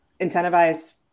incentivize